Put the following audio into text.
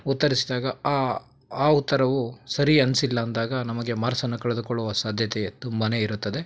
ಉತ್ತರಿಸಿದಾಗ ಆ ಆ ಉತ್ತರವು ಸರಿ ಅನ್ನಿಸಿಲ್ಲ ಅಂದಾಗ ನಮಗೆ ಮಾರ್ಕ್ಸನ್ನು ಕಳೆದುಕೊಳ್ಳುವ ಸಾಧ್ಯತೆ ತುಂಬನೇ ಇರುತ್ತದೆ